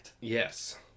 Yes